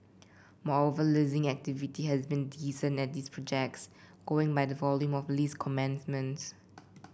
moreover leasing activity has been decent at these projects going by the volume of lease commencements